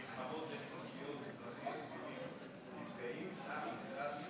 יש בזמן האחרון מלחמות בין כנופיות שאזרחים תמימים נפגעים בהן ואף